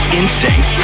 instinct